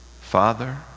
Father